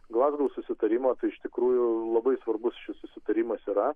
glazgo susitarimo tai iš tikrųjų labai svarbus šis susitarimas yra